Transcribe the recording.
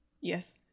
yes